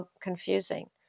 confusing